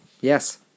Yes